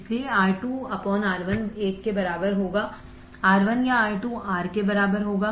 इसलिए R2 R11 के बराबर होगा R1 या R2 R के बराबर होगा